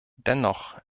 dennoch